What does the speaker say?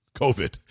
COVID